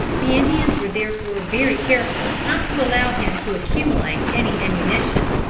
the indians were therefore very careful not to allow him to accumulate any ammunition,